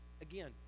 Again